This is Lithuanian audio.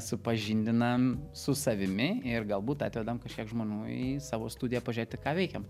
supažindinam su savimi ir galbūt atvedam kažkiek žmonių į savo studiją pažiūrėti ką veikiam